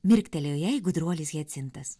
mirktelėjo jai gudruolis hiacintas